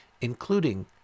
including